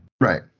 Right